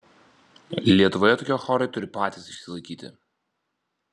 lietuvoje tokie chorai turi patys išsilaikyti